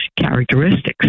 characteristics